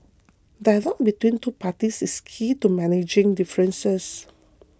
dialogue between two parties is key to managing differences